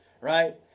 right